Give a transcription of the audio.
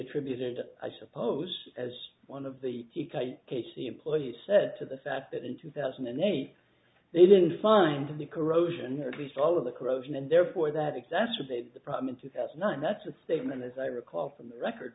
attributed i suppose as one of the k c employees said to the fact that in two thousand and eight they didn't find the corrosion or at least all of the corrosion and therefore that exacerbated the problem in two thousand and that's a statement as i recall from the record